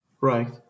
Right